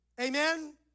Amen